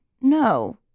no